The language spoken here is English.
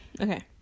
Okay